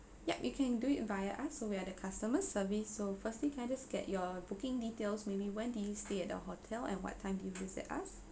yup you can do it via us so we are the customer service so first thing can I just get your booking details maybe when did you stay at the hotel and what time do you visit us